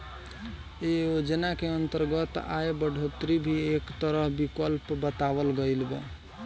ऐ योजना के अंतर्गत आय बढ़ोतरी भी एक तरह विकल्प बतावल गईल बा